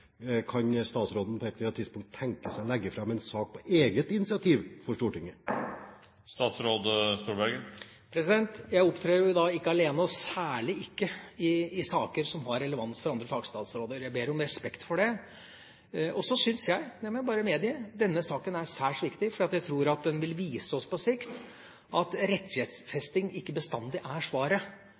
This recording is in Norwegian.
kan statsråden på et eller annet tidspunkt tenke seg å legge fram en sak på eget initiativ for Stortinget? Jeg opptrer ikke alene, og særlig ikke i saker som har relevans for andre fagstatsråder. Jeg ber om respekt for det. Så syns jeg, det må jeg bare medgi, at denne saken er særs viktig, for jeg tror at den vil vise oss på sikt at rettighetsfesting ikke bestandig er svaret.